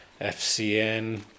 FCN